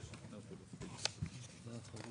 שקיים בכל עולם